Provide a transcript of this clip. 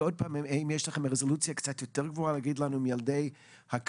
האם יש לכם רזולוציה קצת יותר גבוהה על ילדי הקריות,